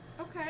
Okay